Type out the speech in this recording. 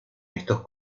estos